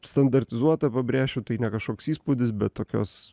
standartizuotą pabrėšiu tai ne kažkoks įspūdis bet tokios